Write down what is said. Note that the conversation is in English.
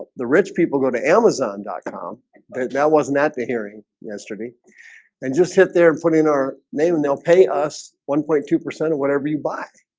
the rich people go to amazon dot com that wasn't at the hearing yesterday and just hit there and put in our name and they'll pay us one point two percent or whatever you buy.